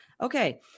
Okay